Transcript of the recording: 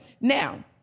Now